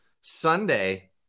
sunday